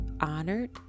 honored